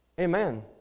Amen